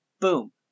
Boom